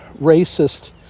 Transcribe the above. racist